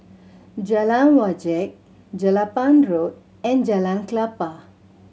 Jalan Wajek Jelapang Road and Jalan Klapa